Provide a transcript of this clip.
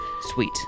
Sweet